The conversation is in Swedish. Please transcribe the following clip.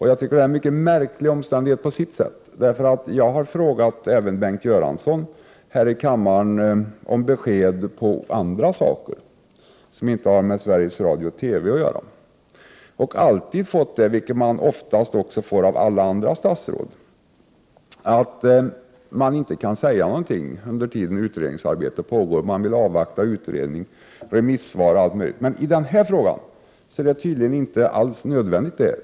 Jag har här i kammaren frågat Bengt Göransson om besked i andra ärenden som inte har med Sveriges Radio-TV att göra och alltid fått det svar som riksdagsledamöter ofta får även av alla andra statsråd, att man inte kan säga någonting under tiden utredningsarbetet pågår. Annars vill man avvakta utredningen, remissvar och allt möjligt, men i den här frågan är det tydligen inte alls nödvändigt.